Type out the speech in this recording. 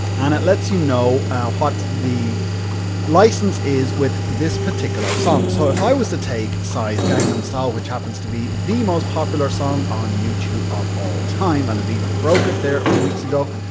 and it lets you know what the licence is with this particular song. so, if i was to take psy's gangnam style, which happens to be the most popular song on youtube, of all time and it even broke it there a few weeks ago.